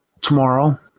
tomorrow